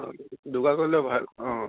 অঁ দুগা কৰিলেও ভাল অঁ